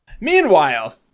Meanwhile